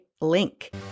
link